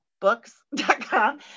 books.com